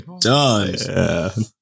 done